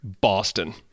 Boston